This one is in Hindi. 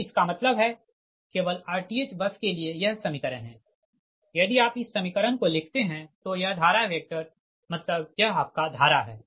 तो इसका मतलब है केवल rth बस के लिए यह समीकरण है यदि आप इस समीकरण को लिखते है तो यह धारा वेक्टर मतलब यह आपका धारा है